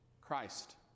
christ